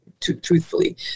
truthfully